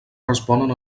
responen